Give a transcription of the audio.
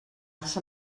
als